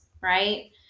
right